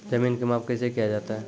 जमीन की माप कैसे किया जाता हैं?